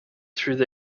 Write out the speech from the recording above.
through